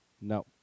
No